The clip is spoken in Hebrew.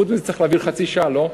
חוץ מזה צריך להעביר חצי שעה, לא?